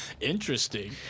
Interesting